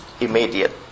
immediate